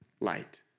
light